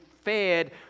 fed